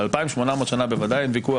על 2800 שנה בוודאי ויכוח.